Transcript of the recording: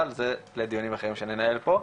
אבל זה לדיונים אחרים שננהל פה,